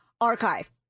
Archive